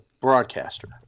broadcaster